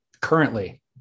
currently